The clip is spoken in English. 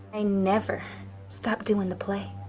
i never stop doing the play.